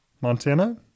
Montana